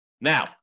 Now